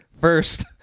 first